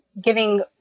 giving